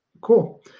Cool